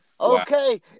Okay